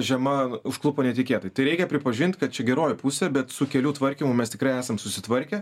žiema užklupo netikėtai tai reikia pripažint kad čia geroji pusė bet su kelių tvarkymu mes tikrai esam susitvarkę